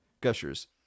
gushers